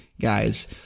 guys